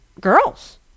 girls